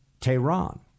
Tehran